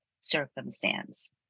circumstance